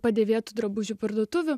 padėvėtų drabužių parduotuvių